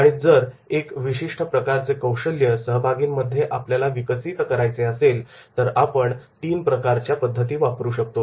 आणि जर एक विशिष्ट प्रकारचे कौशल्य सहभागिंमध्ये आपल्याला विकसित करायचे असेल तर आपण तीन प्रकारच्या पद्धती वापरू शकतो